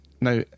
Now